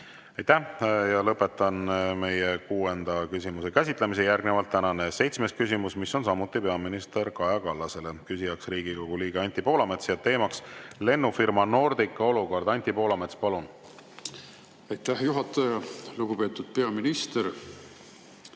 Aitäh! Lõpetan meie kuuenda küsimuse käsitlemise. Järgnevalt tänane seitsmes küsimus, mis on samuti peaminister Kaja Kallasele, küsija on Riigikogu liige Anti Poolamets ja teema lennufirma Nordica olukord. Anti Poolamets, palun! Järgnevalt tänane seitsmes